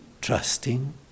trusting